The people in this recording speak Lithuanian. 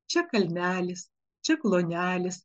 čia kalnelis čia klonelis